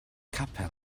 capel